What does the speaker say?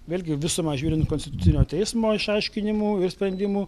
vėlgi visumą žiūrint konstitucinio teismo išaiškinimų ir sprendimų